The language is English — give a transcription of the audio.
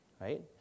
right